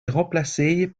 remplacées